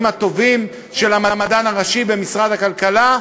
למדען הראשי לגייס אג"חים,